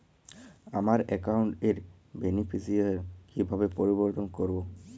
আমার অ্যাকাউন্ট র বেনিফিসিয়ারি কিভাবে পরিবর্তন করবো?